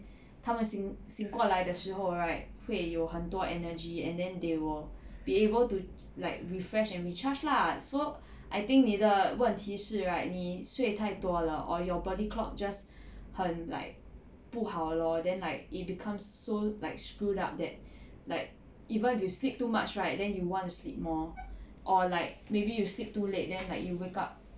他们醒醒过来的时候 right 会有很多 energy and then they will be able to like refresh and recharge lah so I think 你的问题是 right 你睡太多了 or your body clock just 很 like 不好 lor then like it becomes so like screwed up that like even if you sleep too much right then you want to sleep more or like maybe you sleep too late then like you wake up